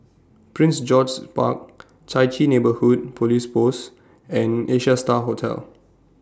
Prince George's Park Chai Chee Neighbourhood Police Post and Asia STAR Hotel